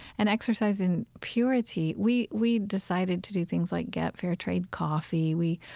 an exercise in purity. we we decided to do things like get fair-trade coffee. we